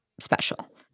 special